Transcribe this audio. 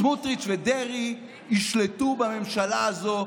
סמוטריץ' ודרעי ישלטו בממשלה הזו.